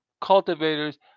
cultivators